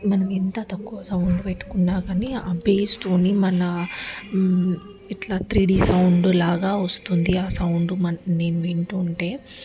మనము ఎంత తక్కువ సౌండ్ పెట్టుకున్నా కానీ ఆ బేస్లోని మన ఇట్లా త్రీ డి సౌండ్ లాగా వస్తుంది ఆ సౌండ్ నేను వింటూ ఉంటే